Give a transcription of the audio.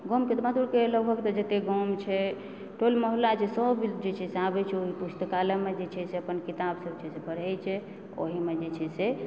गामके तऽ लगभग जते गाम छै जते टोल मोहल्ला छै सब जे छै से आबैत छै ओहि पुस्तकालयमे जे छै से अपन किताब सब छै से पढ़ए छै ओहिमे जे छै से